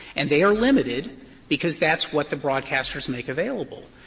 and they are limited because that's what the broadcasters make available.